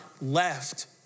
left